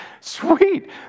Sweet